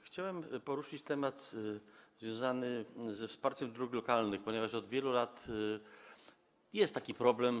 Chciałem poruszyć temat związany ze wsparciem dróg lokalnych, ponieważ od wielu lat jest taki problem.